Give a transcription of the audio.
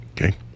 okay